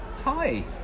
Hi